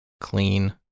clean